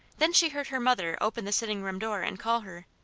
then she heard her mother open the sitting-room door and call her.